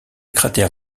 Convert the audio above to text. cratère